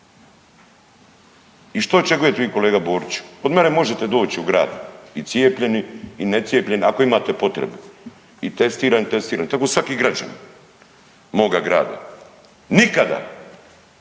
I što očekujete vi kolega Boriću? Kod mene možete u grad i cijepljeni necijepljeni, ako imate potrebu i testirani …/nerazumljivo/… tako svaki građanin moga grada. Nikada